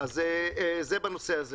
אז זה בהקשר זה.